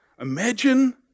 Imagine